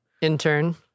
intern